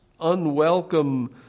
unwelcome